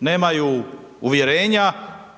nemaju uvjerenja